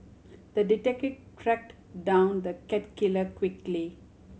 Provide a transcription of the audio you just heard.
the detective track down the cat killer quickly